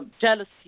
jealousy